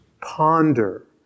ponder